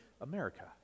america